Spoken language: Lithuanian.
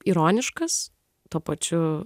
ironiškas tuo pačiu